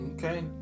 okay